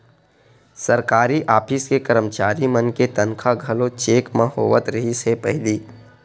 सरकारी ऑफिस के करमचारी मन के तनखा घलो चेक म होवत रिहिस हे पहिली